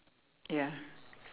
ya